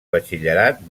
batxillerat